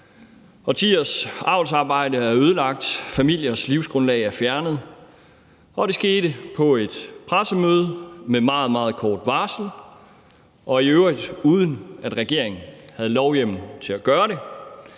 Årtiers avlsarbejde er ødelagt, familiers livsgrundlag er fjernet, og det skete på et pressemøde med meget, meget kort varsel – og i øvrigt uden at regeringen havde lovhjemmel til at gøre det;